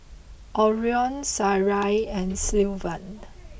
Orion Sarai and Sylvan